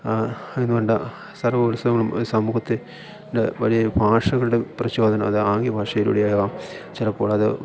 അതുകൊണ്ട് സർഗോൽസവം സമൂഹത്തിൽ വലിയ ഭാഷകളുടെ പ്രചോദനം അത് ആംഗ്യഭാഷയിലൂടെ ആയാലും ചിലപ്പോൾ അത്